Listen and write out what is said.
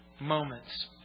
moments